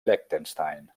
liechtenstein